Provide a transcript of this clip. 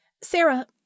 Sarah